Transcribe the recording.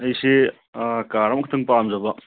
ꯑꯩꯁꯤ ꯀꯥꯔ ꯑꯃꯈꯛꯇꯪ ꯄꯥꯝꯖꯕ